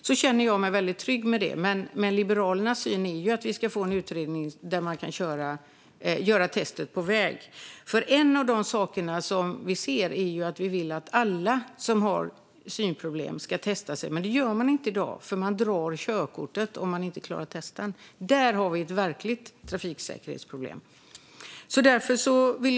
Detta känner jag mig mycket trygg med. Men Liberalernas syn är att vi ska få en utredning som innebär att man kan göra testet på väg. Vi vill att alla som har synproblem ska testa sig. Men det gör de inte i dag, för man drar in körkortet om de inte klarar testet. Där har vi ett verkligt trafiksäkerhetsproblem.